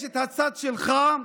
יש את הצד שלך,